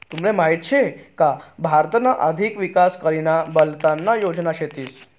तुमले माहीत शे का भारतना अधिक विकास करीना बलतना योजना शेतीस